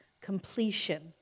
completion